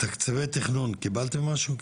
תקציבי תכנון קיבלתם משהו?